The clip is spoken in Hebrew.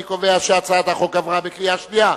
אני קובע שהצעת החוק עברה בקריאה השנייה.